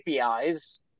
APIs